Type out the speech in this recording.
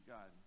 God